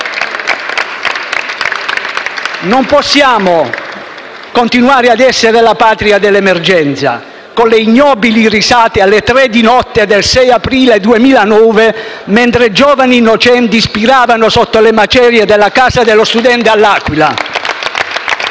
Non possiamo continuare ad essere la patria dell'emergenza, con le ignobili risate alle tre di notte del 6 aprile 2009 mentre giovani innocenti spiravano sotto le macerie della Casa dello studente a L'Aquila.